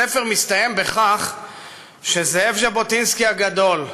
הספר מסתיים בכך שזאב ז'בוטינסקי הגדול,